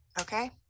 Okay